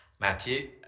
matthew